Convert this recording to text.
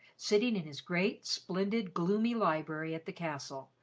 sitting in his great, splendid, gloomy library at the castle,